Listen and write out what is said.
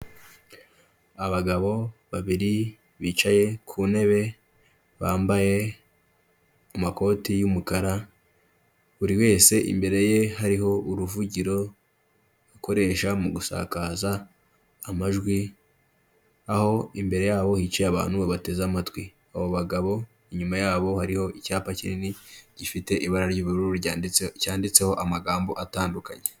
Abagabo babiri bicaye ku ntebe bambaye amakoti y'umukara, buri wese imbere ye hariho uruvugiro akoresha mu gusakaza amajwi, aho imbere yabo hicaye abantu babateze amatwi, abo bagabo inyuma yabo hariho icyapa kinini gifite ibara ry'ubururu ryanditse cyanditseho amagambo atandukanye.